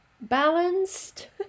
balanced